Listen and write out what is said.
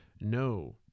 No